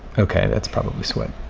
ok. that's probably sweat